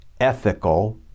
ethical